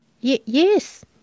Yes